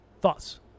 thoughts